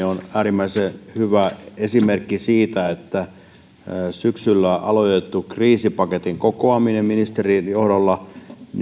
on äärimmäisen hyvä esimerkki siitä että syksyllä aloitetun kriisipaketin kokoaminen ministerin johdolla